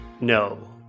no